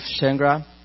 Shangra